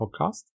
podcast